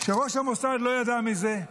שראש המוסד לא ידע מזה,